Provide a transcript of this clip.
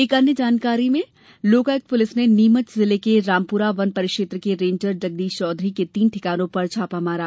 एक अन्य जानकारी में लोकायुक्त पुलिस ने नीमच जिले के रामपुरा वन परिक्षेत्र के रेंजर जगदीश चौधरी के तीन ठिकानों पर छापा मारा